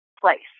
place